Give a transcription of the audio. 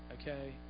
Okay